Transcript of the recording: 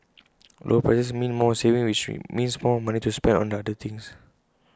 lower prices mean more savings which means more money to spend on other things